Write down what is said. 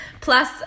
Plus